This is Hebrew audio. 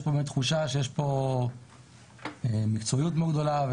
פה באמת תחושה שיש פה מקצועיות מאוד גדולה,